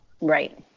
Right